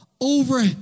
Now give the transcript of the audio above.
over